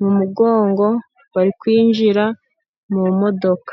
mu mugongo, bari kwinjira mu modoka.